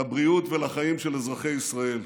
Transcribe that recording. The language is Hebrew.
לבריאות ולחיים של אזרחי ישראל.